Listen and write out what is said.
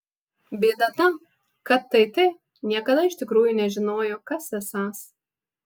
bėda ta kad tt niekada iš tikrųjų nežinojo kas esąs